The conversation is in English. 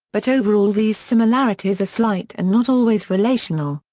but overall these similarities are slight and not always relational.